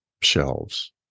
shelves